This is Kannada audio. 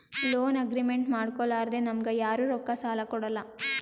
ಲೋನ್ ಅಗ್ರಿಮೆಂಟ್ ಮಾಡ್ಕೊಲಾರ್ದೆ ನಮ್ಗ್ ಯಾರು ರೊಕ್ಕಾ ಸಾಲ ಕೊಡಲ್ಲ